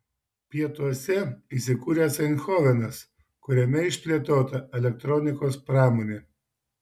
pietuose įsikūręs eindhovenas kuriame išplėtota elektronikos pramonė